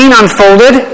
unfolded